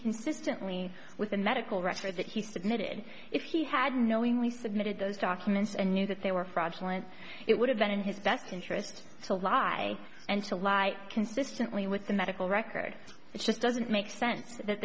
inconsistently with the medical records that he submitted if he had knowingly submitted those documents and knew that they were fraudulent it would have been in his best interest to lie and to lie consistently with the medical records it just doesn't make sense that